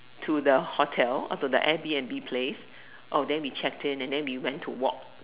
to the hotel or to the Airbnb place oh then we checked in then we went to walk